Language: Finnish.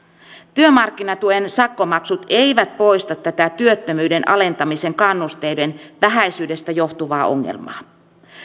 työmarkkinatuen sakkomaksut eivät poista tätä työttömyyden alentamisen kannusteiden vähäisyydestä johtuvaa ongelmaa